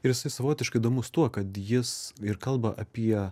ir jisai savotiškai įdomus tuo kad jis ir kalba apie